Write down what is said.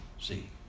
See